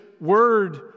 word